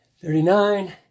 thirty-nine